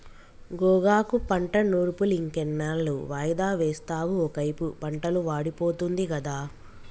గోగాకు పంట నూర్పులింకెన్నాళ్ళు వాయిదా వేస్తావు ఒకైపు పంటలు వాడిపోతుంది గదా